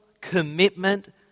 commitment